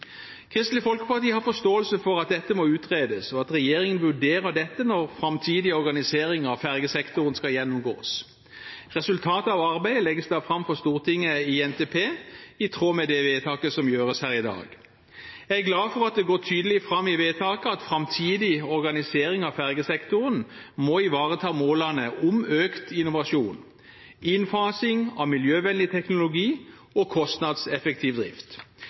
Kristelig Folkeparti har forståelse for at dette må utredes, og at regjeringen vurderer dette når framtidig organisering av fergesektoren skal gjennomgås. Resultatet av arbeidet legges da fram for Stortinget i NTP, i tråd med det vedtaket som gjøres her i dag. Jeg er glad for at det går tydelig fram av vedtaket at framtidig organisering av fergesektoren må ivareta målene om økt innovasjon, innfasing av miljøvennlig teknologi og kostnadseffektiv drift.